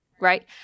right